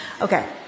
Okay